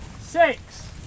six